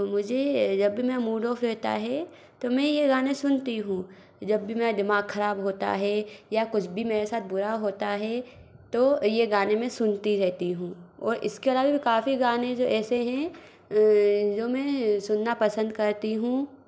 मुझे जब भी मेरा मूड ऑफ रहता है तो मैं ये गाने सुनती हूँ जब भी मेरा दिमाग खराब होता है या कुछ भी मेरे साथ बुरा होता है तो ये गाने मैं सुनती रहती हूँ और इसके अलावा भी काफ़ी गाने जो ऐसे हैं जो मैं सुनना पसंद करती हूँ